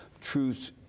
truth